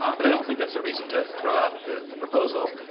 um but i don't think that's a reason to throw out the the proposal.